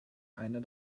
einer